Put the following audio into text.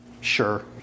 Sure